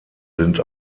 sind